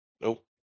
Nope